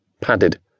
padded